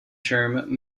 term